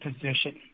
position